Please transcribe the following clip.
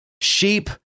sheep